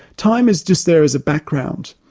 time is just there as a background.